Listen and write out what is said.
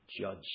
judge